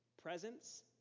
Presence